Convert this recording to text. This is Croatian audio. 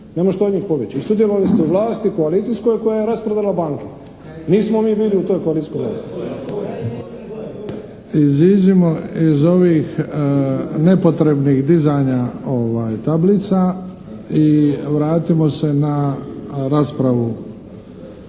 ne možete od njih pobjeći i sudjelovali ste u vlasti koalicijskoj koja je rasprodala banke, nismo mi bili u toj koalicijskoj vlasti. **Bebić, Luka (HDZ)** Iziđimo iz ovih nepotrebnih dizanja tablica i vratimo se na raspravu.